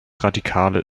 radikale